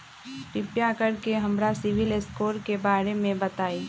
कृपा कर के हमरा सिबिल स्कोर के बारे में बताई?